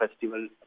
Festival